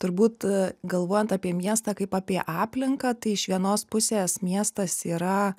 turbūt galvojant apie miestą kaip apie aplinką tai iš vienos pusės miestas yra